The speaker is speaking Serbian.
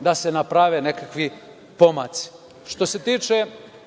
da se naprave nekakvi pomaci. Što se tiče